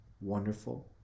Wonderful